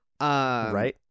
Right